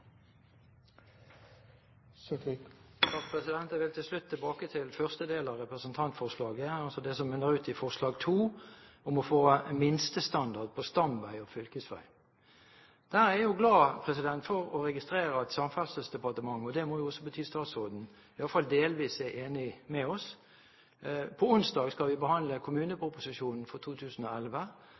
slutt tilbake til første del av representantforslaget, altså det som munner ut i forslag nr. 2, om å få minstestandard på stamvei og fylkesvei. Jeg er jo glad for å registrere at Samferdselsdepartementet – og det må jo også bety statsråden – iallfall delvis er enig med oss. På onsdag skal vi behandle kommuneproposisjonen for 2011.